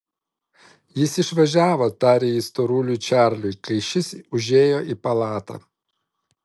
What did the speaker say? jis išvažiavo tarė ji storuliui čarliui kai šis užėjo į palatą